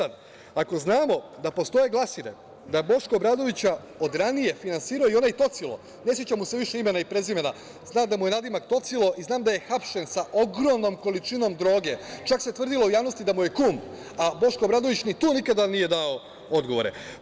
Ako znamo da postoje glasine da je Boška Obradovića od ranije finansirao i onaj tocilo, ne sećam mu se više imena i prezimena, znam da mu je nadimak tocilo i znam da je hapšen sa ogromnom količinom droge, čak se tvrdilo u javnosti da mu je kum, a Boško Obradović ni na to nije nikada dao odgovore.